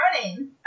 running